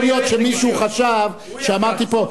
כי יכול להיות שמישהו חשב שאמרתי פה,